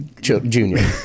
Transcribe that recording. Junior